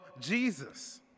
Jesus